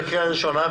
בקריאה ראשונה,